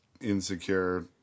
insecure